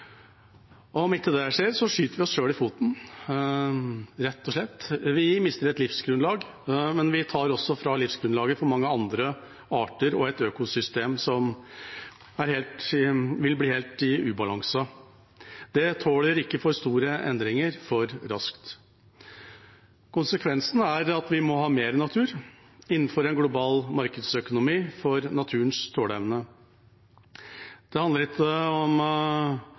skjer, skyter vi oss selv i foten, rett og slett. Vi mister et livsgrunnlag, men vi tar også livsgrunnlaget fra mange andre arter og får et økosystem som vil bli helt i ubalanse – det tåler ikke for store endringer for raskt. Konsekvensene er at vi må ha mer natur innenfor en global markedsøkonomi med tanke på naturens tåleevne. Det handler ikke bare om